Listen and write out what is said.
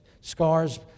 scars